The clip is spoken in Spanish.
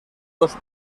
dos